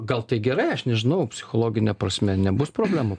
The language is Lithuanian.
gal tai gerai aš nežinau psichologine prasme nebus problemų